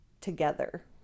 together